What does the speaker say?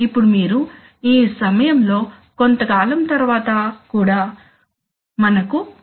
ఇప్పుడు మీరు ఈ సమయంలో కొంతకాలం తర్వాత కూడా మనకు e